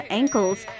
ankles